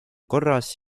korras